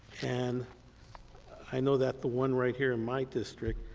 and i know that the one right here in my district